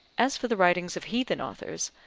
as for the writings of heathen authors,